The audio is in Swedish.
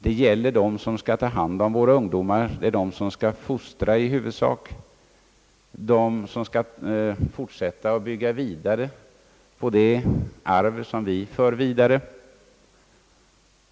Det är fråga om dem som skall ta hand om och fostra våra ungdomar som skall bygga vidare på det arv vi har att förvalta.